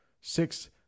six